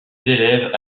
élèves